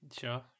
Sure